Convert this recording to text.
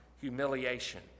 humiliation